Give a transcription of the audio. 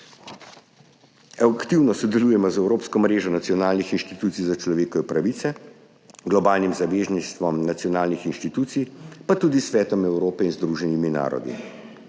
Aktivno sodelujemo z evropsko mrežo nacionalnih institucij za človekove pravice, globalnim zavezništvom nacionalnih institucij, pa tudi s Svetom Evrope in Združenimi narodi.